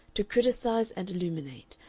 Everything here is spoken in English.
to criticise and illuminate,